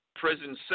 prison